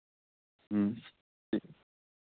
जी